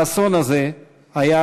האסון הזה לא